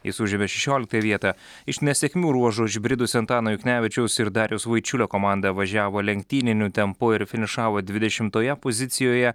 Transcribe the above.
jis užėmė šešioliktąją vietą iš nesėkmių ruožo išbridusi antano juknevičiaus ir dariaus vaičiulio komanda važiavo lenktyniniu tempu ir finišavo dvidešimtoje pozicijoje